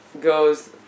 goes